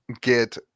get